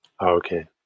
okay